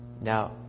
Now